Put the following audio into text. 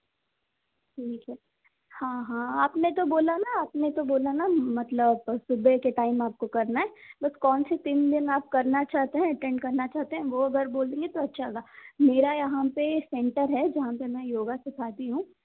ठीक है हाँ हाँ आपने तो बोला ना आपने तो बोला ना मतलब सुबह के टाइम में आपको करना है बस कौन से तीन दिन आप करना चाहते हैं अटेंड करना चाहते हैं वो अगर बोल देंगे तो अच्छा होगा मेरा यहाँ पे सेंटर है जहाँ पे मैं योगा सिखाती हूँ